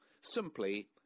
simply